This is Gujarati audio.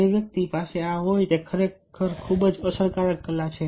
જે વ્યક્તિ પાસે આ હોય તે ખરેખર ખૂબ જ અસરકારક કલા છે